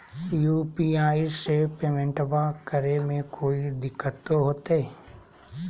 UPI से पेमेंटबा करे मे कोइ दिकतो होते?